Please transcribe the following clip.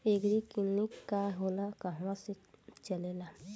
एगरी clinic का होला कहवा से चलेँला?